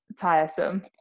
tiresome